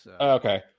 Okay